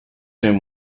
him